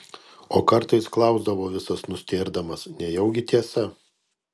o kartais klausdavo visas nustėrdamas nejaugi tiesa